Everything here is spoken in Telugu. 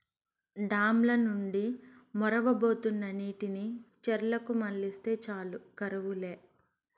డామ్ ల నుండి మొరవబోతున్న నీటిని చెర్లకు మల్లిస్తే చాలు కరువు లే